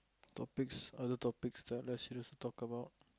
topics other topics that are less serious to talk about